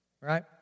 right